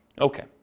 Okay